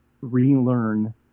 relearn